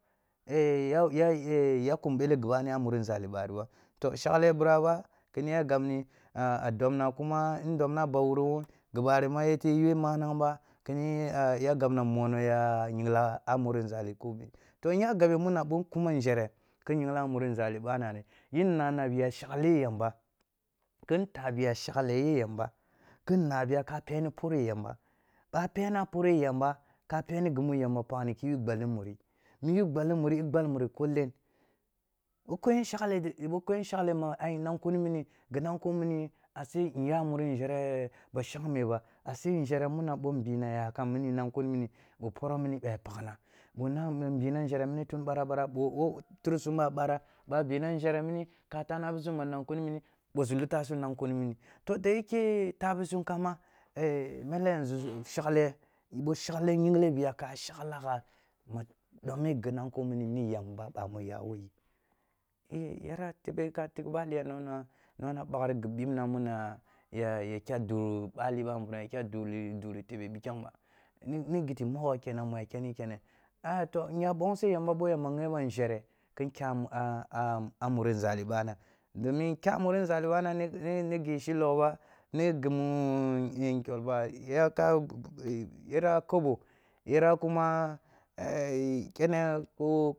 ya kum bele gibani a muri nzali rib a. to shaghe biraba kini ya gabni a dobno kuma, ndomna aba wurin wun, gibari yete yol manany ba, kiniyi yagabna mono ya yingla a muro nzali kobe. To nya gab mun abo nkuman nzhere ki nyingla in a muri nzali bana ri, yin nana biya shagle yamba kin nabiya ka shagli pore yamba, bap ere pore yamba, ka peni gini gimu yyamba pakhni, ki yu gballi muri, mu iya gbalti muri i gballi ko kn, bo koyen shagle, bo koyan shagle ma ai nan kuni niri, gmanko mini uya muni nzhere ɓa shengme ba, ashe nzhere mun abo nɓina yakam, mine man kuni mini, ko poro mimi boya pakhna, bo name nbina ngharu mini tun bar a-bara, bo wo tiri ba bara ba a bina nzhere mini, ka tana bisum ma nan kuni muni, loosi lutasum nan kuni min. to daike tabisum kamba e mele yanzu su shaghe bo shagle yingle biya ka shagla gha, ma dime ginanko mini ni yamba bwami ya wo yi e yara tebe ka tighbeliya nongna nongna bakhri gibibna muna yay a kya duri bali bambunum ya kya duru-duri tebe bikyang ba, ni giti mogho kenan muya kenni kene ah to nya bongsi yamba boy amba ghe mam nzhere, ki n kyam a a muri nzali mana, domin kya muri nzali bana, ni-ni-nigi shighog ba, nigemu nkyol bay a ka kobo yerra kuma ekene ko